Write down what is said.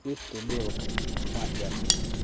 એક કે બે વખત વાંચ્યા છે